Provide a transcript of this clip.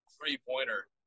three-pointer